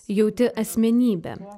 jauti asmenybę